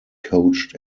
coached